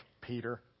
Peter